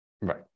Right